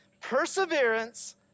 Perseverance